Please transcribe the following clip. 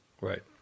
Right